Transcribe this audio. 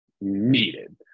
needed